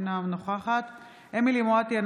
אינה נוכחת אמילי חיה מואטי,